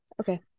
Okay